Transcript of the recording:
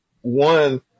one